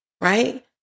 right